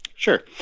Sure